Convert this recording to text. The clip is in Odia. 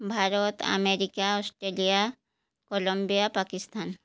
Bharat America Australia Colombia Pakistan